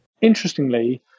Interestingly